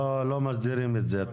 לא מסדירים את זה.